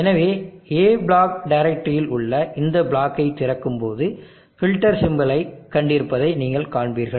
எனவே a block டைரக்டரியில் உள்ள இந்த பிளாக்கை திறக்கும்போது ஃபில்டர் சிம்பலை கண்டிருப்பதை நீங்கள் காண்பீர்கள்